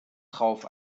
drauf